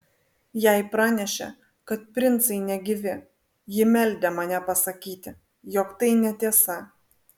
jai pranešė kad princai negyvi ji meldė mane pasakyti jog tai netiesa